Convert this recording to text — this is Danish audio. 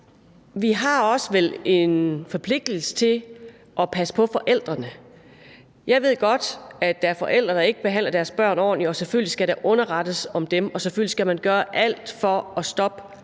vi vel også har en forpligtelse til at passe på forældrene. Jeg ved godt, at der er forældre, der ikke behandler deres børn ordentligt, og selvfølgelig skal der underrettes om dem, og selvfølgelig skal man gøre alt for at stoppe